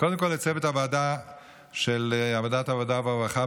קודם כול לצוות ועדת העבודה והרווחה,